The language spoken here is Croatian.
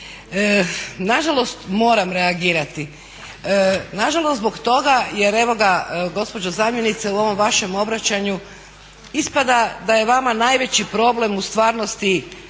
Nažalost moram reagirati, nažalost zbog toga jer evo ga gospođo zamjenice u ovom vašem obraćanju ispada da je vama najveći problem u stvarnosti